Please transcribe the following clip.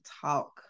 talk